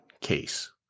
case